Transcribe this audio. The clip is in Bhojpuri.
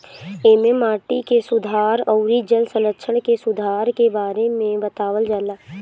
एमे माटी के सुधार अउरी जल संरक्षण के सुधार के बारे में बतावल जाला